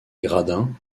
gradins